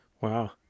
Wow